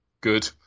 Good